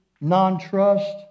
non-trust